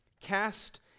cast